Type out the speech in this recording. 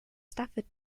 stafford